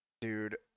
Dude